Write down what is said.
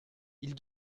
ils